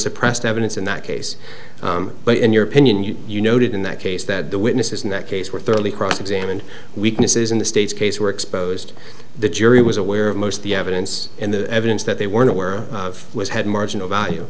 suppressed evidence in that case but in your opinion you you noted in that case that the witnesses in that case were thoroughly cross examined weaknesses in the state's case were exposed the jury was aware of most of the evidence and the evidence that they weren't aware of which had marginal value